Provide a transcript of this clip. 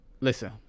Listen